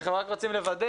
אנחנו רק רוצים לוודא